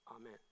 Amen